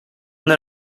una